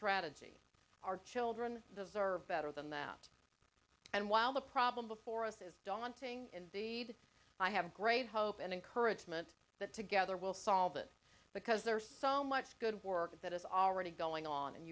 strategy our children there are better than that and while the problem before us is daunting indeed i have great hope and encouragement that together will solve it because there's so much good work that is already going on and